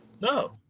No